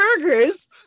burgers